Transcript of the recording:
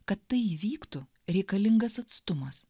kad tai įvyktų reikalingas atstumas